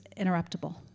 interruptible